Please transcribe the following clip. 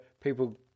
people